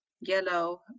yellow